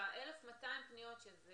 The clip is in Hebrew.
ב-1,200 פניות, שזה